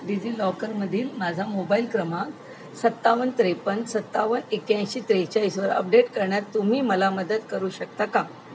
digi लॉकरमधील माझा mobile क्रमांक सत्तावन्न त्रेपन्न सत्तावन्न एक्क्याऐंशी त्रेचाळीसवर अपडेट करण्यात तुम्ही मला मदत करू शकता का